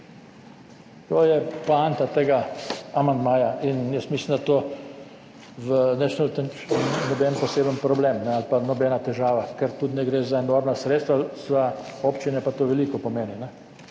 To je poanta tega amandmaja. In jaz mislim, da to noben poseben problem ali pa nobena težava, ker tudi ne gre za enormna sredstva, za občine pa to veliko pomeni.